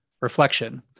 reflection